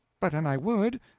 but an i would,